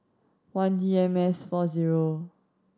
one D M S four zero